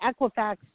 Equifax